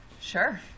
Sure